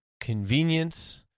convenience